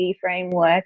framework